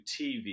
TV